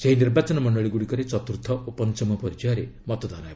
ସେହି ନିର୍ବାଚନ ମଣ୍ଡଳୀଗୁଡ଼ିକରେ ଚତୁର୍ଥ ଓ ପଞ୍ଚମ ପର୍ଯ୍ୟାୟରେ ମତଦାନ ହେବ